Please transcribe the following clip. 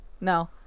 No